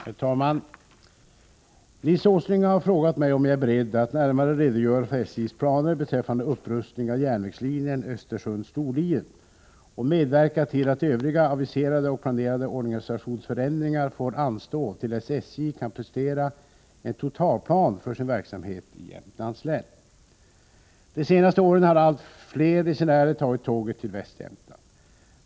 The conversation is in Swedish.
Herr talman! Nils Åsling har frågat mig om jag är beredd att närmare redogöra för SJ:s planer beträffande upprustning av järnvägslinjen Östersund-Storlien och medverka till att övriga aviserade och planerade organisationsförändringar får anstå till dess SJ kan prestera en totalplan för sin verksamhet i Jämtlands län. De senaste åren har allt fler resenärer tagit tåget till Västjämtland.